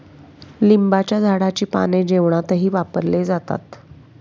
लिंबाच्या झाडाची पाने जेवणातही वापरले जातात